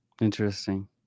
Interesting